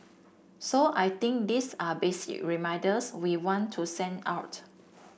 so I think these are basic reminders we want to send out